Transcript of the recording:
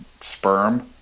sperm